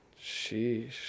sheesh